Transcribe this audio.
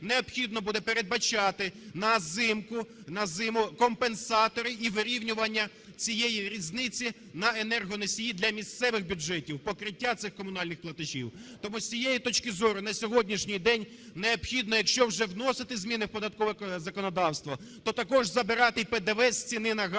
необхідно буде передбачати на зиму компенсатори і вирівнювання цієї різниці на енергоносії для місцевих бюджетів, покриття цих комунальних платежів. Тому, з цієї точки зору, на сьогоднішній день необхідно, якщо вже вносити зміни в податкове законодавство, то також забирати й ПДВ з ціни на газ,